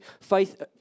faith